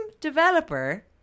developer